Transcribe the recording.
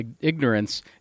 ignorance